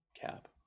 cap